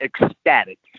ecstatic